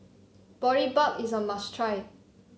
Boribap is a must try